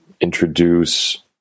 introduce